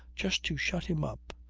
just to shut him up,